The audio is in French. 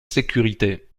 sécurité